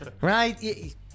Right